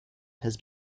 has